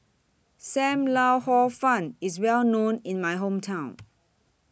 SAM Lau Hor Fun IS Well known in My Hometown